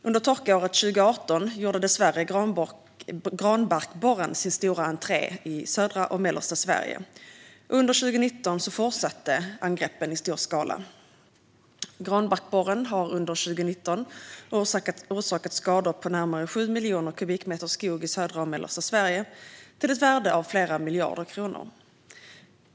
Under torkåret 2018 gjorde granbarkborren dessvärre sin stora entré i södra och mellersta Sverige, och under 2019 fortsatte angreppen i stor skala. Granbarkborren har under 2019 orsakat skador på närmare 7 miljoner kubikmeter skog i södra och mellersta Sverige, till ett värde av flera miljarder kronor.